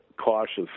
cautious